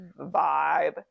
vibe